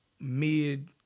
mid